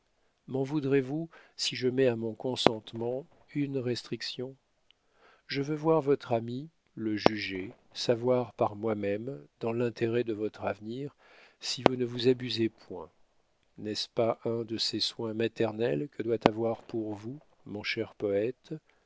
voudrez-vous si je mets à mon consentement une restriction je veux voir votre ami le juger savoir par moi-même dans l'intérêt de votre avenir si vous ne vous abusez point n'est-ce pas un de ces soins maternels que doit avoir pour vous mon cher poète